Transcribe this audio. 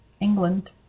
England